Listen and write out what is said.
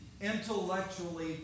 intellectually